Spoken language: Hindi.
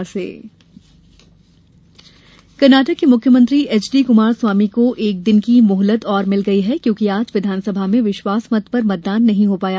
कर्नाटक कनार्टक के मुख्यमंत्री एच डी कुमार स्वामी को एक दिन की मोहलत और मिल गई है क्योंकि आज विधानसभा में विश्वास मत पर मतदान नहीं हो पाया